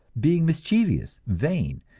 being mischievous, vain,